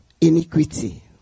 iniquity